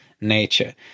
nature